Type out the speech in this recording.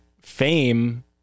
fame